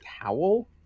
towel